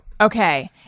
Okay